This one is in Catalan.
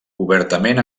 obertament